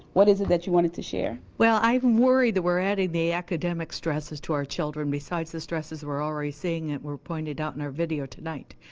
what is it that you wanted to share? well i'm worried we're adding the academic stresses to our children besides the stresses we're already seeing and were pointed out in our video tonight.